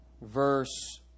Verse